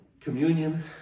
Communion